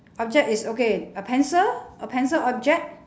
object is okay a pencil a pencil object